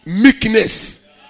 Meekness